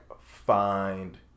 find